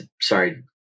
sorry